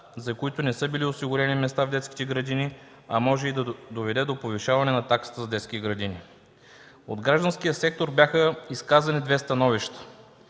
за които не са били осигурени места в детските градини, а може и да доведе до повишаване на таксата за детските градини. От гражданския сектор бяха изказани две становища.